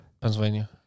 Pennsylvania